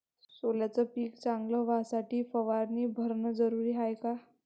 सोल्याचं पिक चांगलं व्हासाठी फवारणी भरनं जरुरी हाये का?